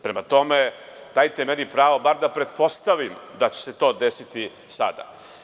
Prema tome, dajte meni pravo bar da pretpostavim da će se to desiti sada.